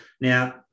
Now